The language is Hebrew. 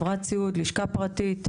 דרך חברת סיעוד או לשכה פרטית,